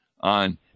on